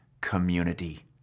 community